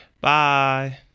Bye